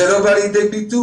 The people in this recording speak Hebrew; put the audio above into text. זה לא בא לידי ביטוי.